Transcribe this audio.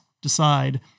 decide